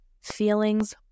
Feelings